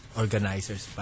organizers